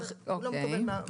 אוקיי.